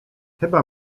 chyba